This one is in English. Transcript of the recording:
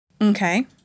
Okay